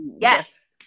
Yes